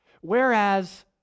Whereas